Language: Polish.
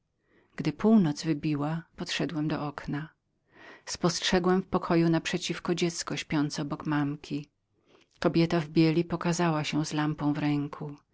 gdy północ wybiła podszedłem do okna spostrzegłem w pokoju na przeciwko dziecie śpiące obok mamki kobieta w bieli pokazała się z lampą w ręku